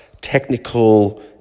technical